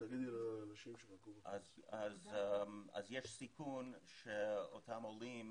יש סיכון שאותם עולים